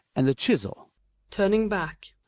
and the chisel turning back.